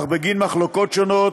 אך בגין מחלוקות שונות